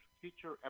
future